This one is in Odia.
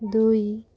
ଦୁଇ